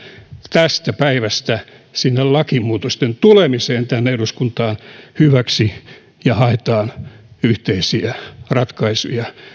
tästä päivästä sinne lakimuutosten tulemiseen tänne eduskuntaan ja haetaan yhteisiä ratkaisuja